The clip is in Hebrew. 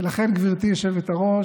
ולכן, גברתי היושבת-ראש,